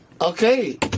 okay